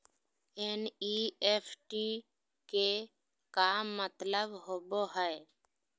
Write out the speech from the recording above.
NEFT के का मतलव होव हई?